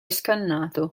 scannato